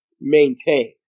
maintain